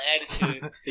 attitude